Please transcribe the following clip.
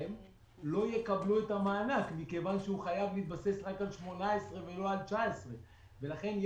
לא יקבלו את המענק כיוון שהוא חייב להתבסס רק על 18' ולא על 19'. לכן,